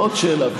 עוד שאלה,